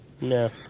No